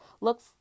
Look